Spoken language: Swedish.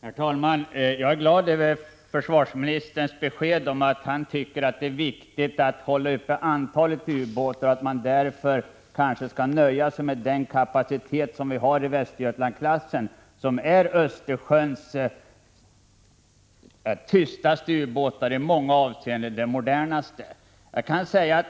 Herr talman! Jag är glad över försvarsministerns besked att han anser det viktigt att öka antalet ubåtar och att man för att nå detta kanske skall nöja sig med den kapacitet som Västergötlandsklassen representerar. Denna klass omfattar Östersjöns mest tystgående och i många hänseenden modernaste ubåtar.